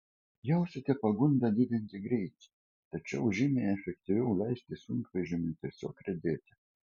jausite pagundą didinti greitį tačiau žymiai efektyviau leisti sunkvežimiui tiesiog riedėti